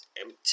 empty